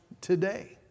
today